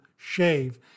shave